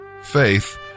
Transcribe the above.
Faith